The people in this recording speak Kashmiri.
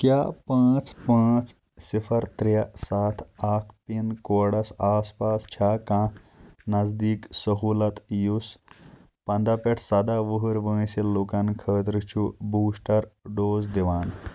کیٛاہ پانٛژہ پانٛژھ صِفر ترٛےٚ ستھ اکھ پِن کوڈس آس پاس چھا کانٛہہ نزدیٖک سہولت یُس پنٛداہ پٮ۪ٹھ سداہ وُہُر وٲنٛسہِ لوکَن خٲطرٕ چھ بوٗسٹر ڈوز دِوان